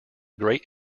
great